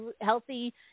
healthy